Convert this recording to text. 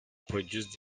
produced